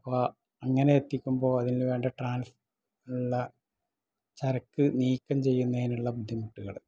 അങ്ങനെ എത്തിക്കുമ്പോൾ അതിനുവേണ്ട ട്രാൻസ് ഉള്ള ചരക്ക് നീക്കം ചെയ്യുന്നതിനുള്ള ബുദ്ധിമുട്ടുകൾ